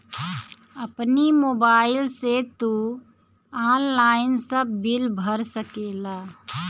अपनी मोबाइल से तू ऑनलाइन सब बिल भर सकेला